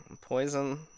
poison